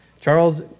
Charles